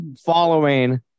following